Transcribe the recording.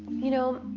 you know,